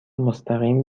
مستقیم